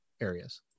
areas